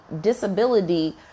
disability